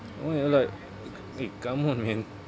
why ah like eh come on man